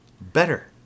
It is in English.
better